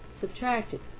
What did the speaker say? subtracted